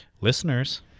listeners